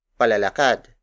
palalakad